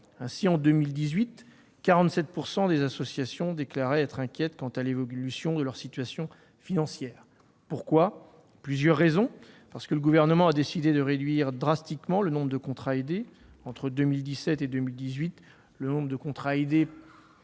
Ainsi, en 2018, 47 % des associations déclaraient être inquiètes quant à l'évolution de leur situation financière. Pourquoi ? Il y a plusieurs raisons à cela. Tout d'abord, le Gouvernement a décidé de réduire drastiquement le nombre de contrats aidés. Entre 2017 et 2018, le nombre de ceux-ci, dans